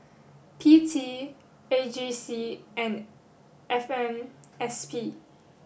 P T A G C and F M S P